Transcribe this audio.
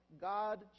God